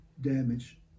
damage